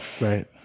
Right